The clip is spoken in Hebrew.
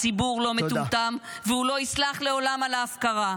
הציבור לא מטומטם, והוא לא יסלח לעולם על ההפקרה.